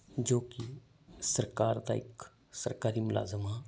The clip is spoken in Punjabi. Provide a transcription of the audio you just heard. ਜੋ ਕਿ ਸਰਕਾਰ ਦਾ ਇੱਕ ਸਰਕਾਰੀ ਮੁਲਾਜ਼ਮ ਹਾਂ